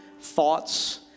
thoughts